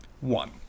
One